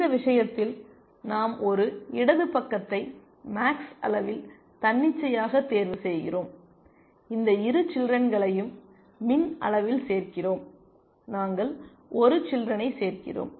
இந்த விஷயத்தில் நாம் ஒரு இடது பக்கத்தை மேக்ஸ் அளவில் தன்னிச்சையாக தேர்வு செய்கிறோம் இந்த இரு சில்றென்களையும் மின் அளவில் சேர்க்கிறோம் நாங்கள் ஒரு சில்றெனை சேர்க்கிறோம்